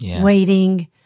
waiting